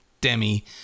demi